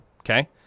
okay